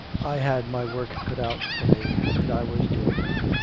i had my work cut out for me, and i was doing it.